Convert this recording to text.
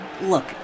Look